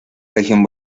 región